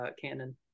canon